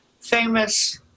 famous